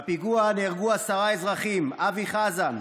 בפיגוע נהרגו עשרה אזרחים: אבי חזן,